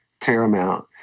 paramount